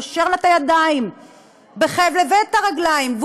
קושר לה את הידיים בחבל ואת הרגליים,